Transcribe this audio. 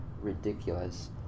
ridiculous